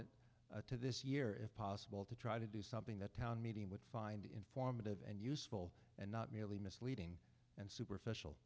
it to this year if possible to try to do something the town meeting would find informative and useful and not merely misleading and superficial